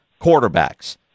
quarterbacks